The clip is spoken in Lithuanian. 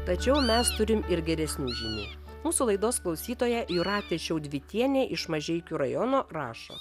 tačiau mes turim ir geresnių žinių mūsų laidos klausytoja jūratė šiaudvytienė iš mažeikių rajono rašo